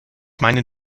meinen